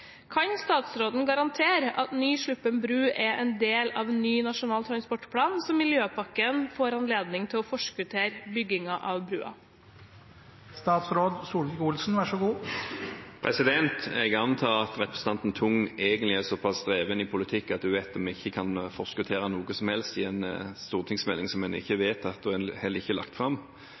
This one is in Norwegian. Kan statsråden garantere at en ny Sluppen bru er en del av ny NTP så Miljøpakken kan forskuttere byggingen?» Jeg antar at representanten Tung egentlig er såpass dreven i politikk at hun vet at vi ikke kan forskuttere noe som helst i en stortingsmelding som ennå ikke er behandlet, og heller ikke lagt fram.